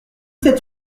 sept